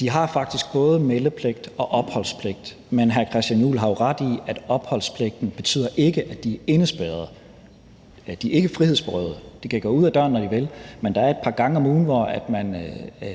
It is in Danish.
De har faktisk både meldepligt og opholdspligt. Men hr. Christian Juhl har jo ret i, at opholdspligten ikke betyder, at de er indespærret. De er ikke frihedsberøvet. De kan gå ud af døren, når de vil, men der er et par gange om ugen, hvor man